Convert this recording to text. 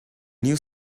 new